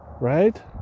Right